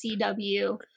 CW